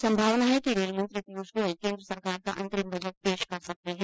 संभावना है कि रेल मंत्री पीयुष गोयल केन्द्र सरकार का अंतरिम बजट पेश कर सकते है